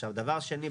עכשיו דבר שני,